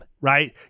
right